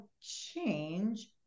change